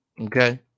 okay